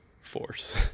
force